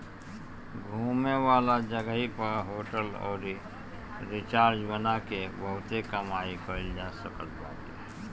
घूमे वाला जगही पअ होटल अउरी रिजार्ट बना के बहुते कमाई कईल जा सकत बाटे